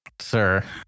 Sir